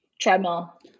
treadmill